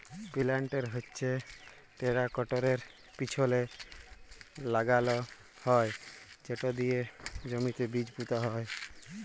পিলান্টের হচ্যে টেরাকটরের পিছলে লাগাল হয় সেট দিয়ে জমিতে বীজ পুঁতা হয়